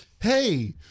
hey